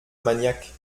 maniaque